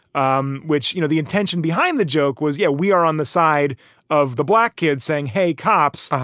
um which, you know, the intention behind the joke was, yeah, we are on the side of the black kids saying, hey, cops,